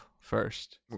first